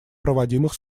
проводимых